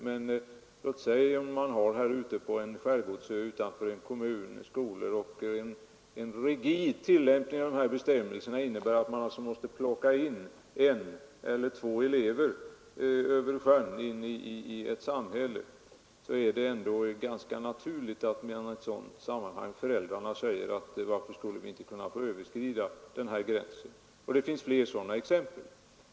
Vi tänker oss att man ute på en skärgårdsö har en skola där en rigid tillämpning av bestämmelserna skulle innebära att man måste placera en eller två elever i ett samhälle på andra sidan sjön. Då är det väl ändå ganska naturligt att föräldrarna där frågar varför inte de kan få överskrida gränsen. Det finns flera sådana exempel.